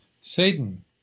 Satan